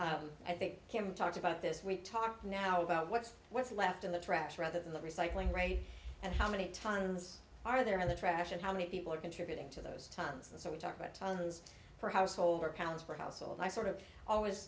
d i think kim talked about this we talk now about what's what's left in the trash rather than the recycling rate and how many tons are there in the trash and how many people are contributing to those tons and so we talk about tons per household or pounds per household and i sort of always